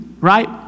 Right